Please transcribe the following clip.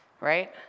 right